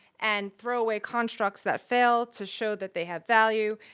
and throw away constructs that fail to show that they have value.